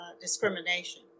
discrimination